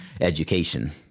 education